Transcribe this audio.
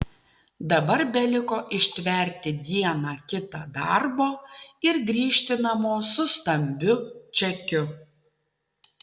dabar beliko ištverti dieną kitą darbo ir grįžti namo su stambiu čekiu